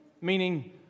meaning